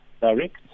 direct